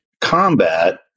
combat